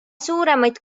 suuremaid